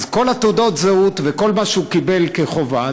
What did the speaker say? אז כל תעודות הזהות וכל מה שהוא קיבל כחובה,